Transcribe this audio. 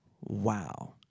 Wow